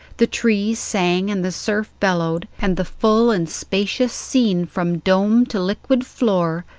the trees sang and the surf bellowed, and the full and spacious scene, from dome to liquid floor,